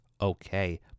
okay